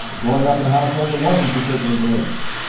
growing up in a household that wasn't particularly religious,